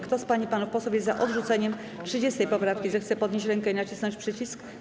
Kto z pań i panów posłów jest za odrzuceniem 30. poprawki, zechce podnieść rękę i nacisnąć przycisk.